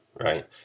right